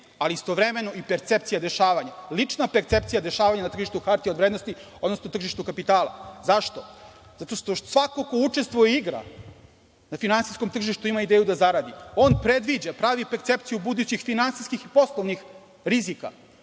ali istovremeno i percepcija dešavanja, lična percepcija dešavanja na tržištu hartija od vrednosti, odnosno tržištu kapitala. Zašto? Zato što svako ko učestvuje i igra na finansijskom tržištu ima ideju da zaradi. On predviđa, pravi percepciju budućih finansijskih i poslovnih rizika